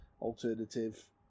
alternative